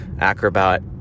Acrobat